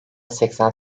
seksen